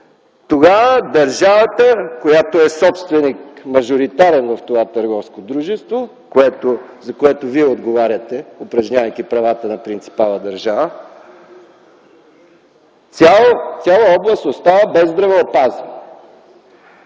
тогава държавата, която е мажоритарен собственик на това търговско дружество, за което Вие отговаряте, упражнявайки правата на принципала – държавата, цяла област остава без здравеопазване.